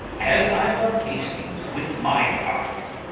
as i love hastings with my heart!